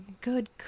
good